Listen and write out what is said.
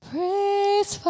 Praise